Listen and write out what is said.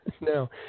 No